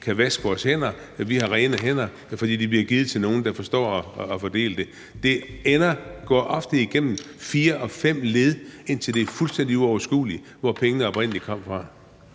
kan vaske vores hænder, og at vi har rene hænder, fordi det bliver givet til nogle, der forstår at fordele det. Det går ofte igennem fire eller fem led, indtil det er fuldstændig uoverskueligt, hvor pengene oprindelig kom fra.